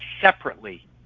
separately